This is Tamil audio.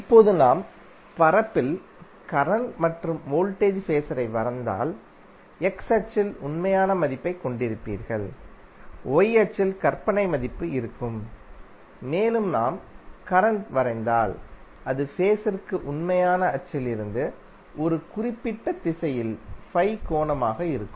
இப்போது நாம் பரப்பில் கரண்ட் மற்றும் வோல்டேஜ் ஃபேஸரை வரைந்தால் x அச்சில் உண்மையான மதிப்பைக் கொண்டிருப்பீர்கள் y அச்சில் கற்பனை மதிப்பு இருக்கும் மேலும் நாம் கரண்ட் வரைந்தால் அது ஃபேஸர்க்கு உண்மையான அச்சில் இருந்துஒரு குறிப்பிட்ட திசையில் கோணமாக இருக்கும்